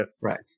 Right